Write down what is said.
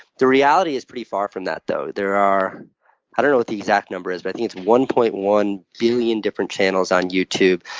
the reality is pretty far from that, though. there are i don't know what the exact number is, but i think it's one point one billion different channels on youtube.